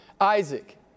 Isaac